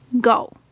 go